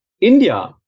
India